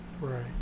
right